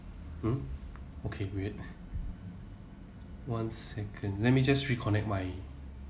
hmm okay wait one second let me just reconnect my